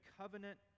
covenant